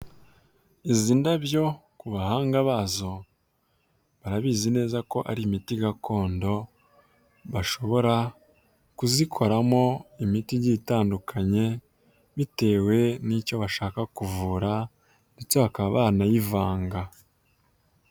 Izi ndabyo ku bahanga bazo barabizi neza ko ari imiti gakondo, bashobora kuzikoramo imiti igiye itandukanye bitewe n'icyo bashaka kuvura ndetse bakaba banayivanga.